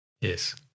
Yes